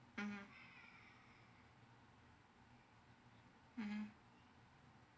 mmhmm mmhmm